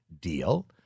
deal